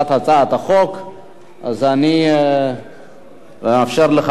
אז אני מאפשר לך עוד שלוש דקות, אדוני.